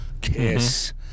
Kiss